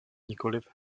nikoliv